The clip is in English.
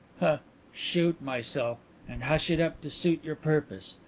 shoot myself and hush it up to suit your purpose.